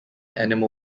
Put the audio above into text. animal